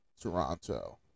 Toronto